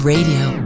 Radio